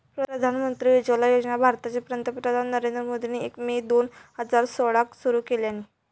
प्रधानमंत्री उज्ज्वला योजना भारताचे पंतप्रधान नरेंद्र मोदींनी एक मे दोन हजार सोळाक सुरू केल्यानी